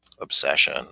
obsession